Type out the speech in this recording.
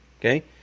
okay